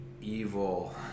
evil